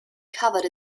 covered